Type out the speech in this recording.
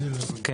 כן.